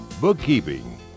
bookkeeping